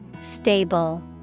Stable